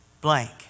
blank